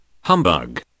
Humbug